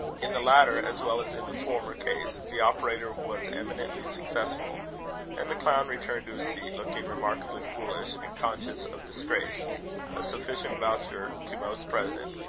in the latter, as well as in the former case, the operator was eminently successful and the clown returned to his seat, looking remarkably foolish and conscious of disgrace a sufficient voucher to most present,